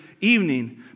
evening